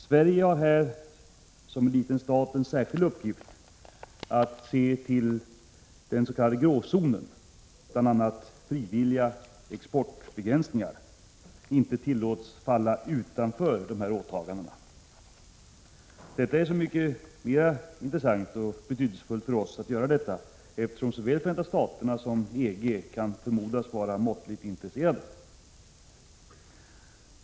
Sverige har som liten stat en särskild uppgift att se till att den s.k. gråzonen — det gäller bl.a. frivilliga exportbegränsningar — inte tillåts falla utanför dessa åtaganden. Det är så mycket mera intressant och betydelsefullt för oss som såväl Förenta Staterna som EG kan förmodas vara måttligt intresserade.